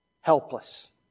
helpless